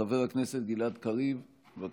חבר הכנסת גלעד קריב, בבקשה.